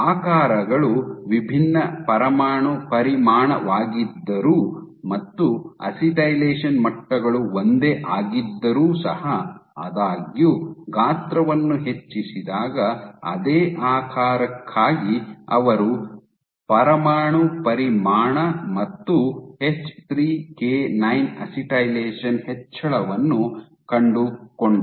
ಆಕಾರಗಳು ವಿಭಿನ್ನ ಪರಮಾಣು ಪರಿಮಾಣವಾಗಿದ್ದರೂ ಮತ್ತು ಅಸಿಟೈಲೇಷನ್ ಮಟ್ಟಗಳು ಒಂದೇ ಆಗಿದ್ದರೂ ಸಹ ಆದಾಗ್ಯೂ ಗಾತ್ರವನ್ನು ಹೆಚ್ಚಿಸಿದಾಗ ಅದೇ ಆಕಾರಕ್ಕಾಗಿ ಅವರು ಪರಮಾಣು ಪರಿಮಾಣ ಮತ್ತು ಎಚ್3ಕೆ9 ಅಸಿಟೈಲೇಷನ್ ಹೆಚ್ಚಳವನ್ನು ಕಂಡುಕೊಂಡರು